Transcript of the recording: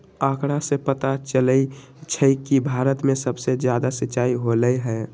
आंकड़ा से पता चलई छई कि भारत में सबसे जादा सिंचाई होलई ह